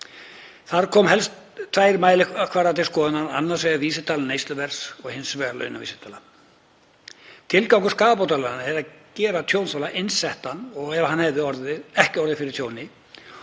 Þar koma helst tveir mælikvarðar til skoðunar, annars vegar vísitala neysluverðs og hins vegar launavísitala. Tilgangur skaðabóta er að gera tjónþola eins settan og ef hann hefði ekki orðið fyrir tjóni